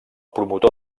promotor